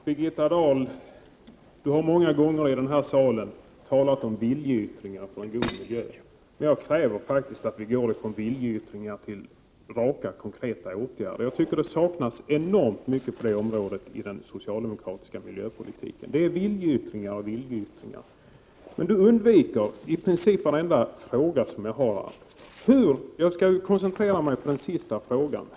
Herr talman! Birgitta Dahl har många gånger i den här salen talat om viljeyttringar för en god miljö. Jag kräver faktiskt att vi går ifrån viljeyttringar till raka konkreta åtgärder. Jag tycker att det saknas enormt mycket på det området i den socialdemokratiska miljöpolitiken. Det är viljeyttringar och viljeyttringar. Miljöministern undviker i princip varenda fråga som jag har ställt. Jag skall koncentrera mig på den sista frågan.